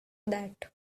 that